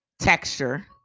Texture